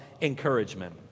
encouragement